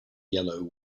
yellow